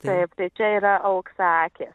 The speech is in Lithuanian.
ne prie čia yra auksaakė